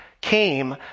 came